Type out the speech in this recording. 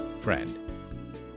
Friend